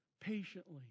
patiently